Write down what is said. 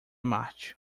marte